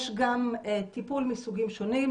יש גם טיפול מסוגים שונים,